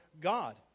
God